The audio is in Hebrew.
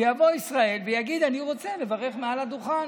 יבוא ישראל ויגיד: אני רוצה לברך מעל הדוכן,